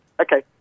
Okay